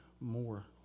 more